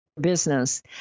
business